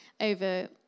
over